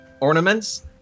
ornaments